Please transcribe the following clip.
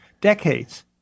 decades